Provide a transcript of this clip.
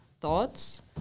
thoughts